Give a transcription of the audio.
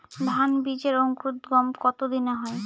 ধান বীজের অঙ্কুরোদগম কত দিনে হয়?